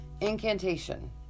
Incantation